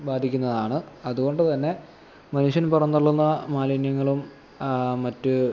ബാധിക്കുന്നതാണ് അതുകൊണ്ട് തന്നെ മനുഷ്യൻ പുറം തള്ളുന്ന മാലിന്യങ്ങളും മറ്റ്